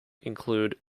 include